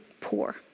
poor